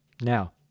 Now